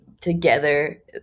together